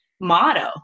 motto